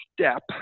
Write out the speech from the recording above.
step